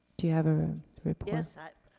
do you have a report? yes,